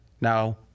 Now